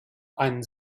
einen